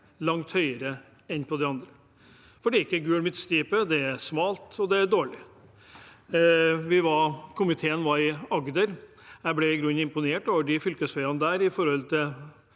langt høyere enn for de andre – for det er ikke gul midtstripe, det er smalt, og det er dårlig. Komiteen var nylig i Agder. Jeg ble i grunnen imponert over fylkesveiene der i forhold til